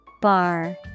Bar